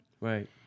Right